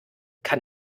kann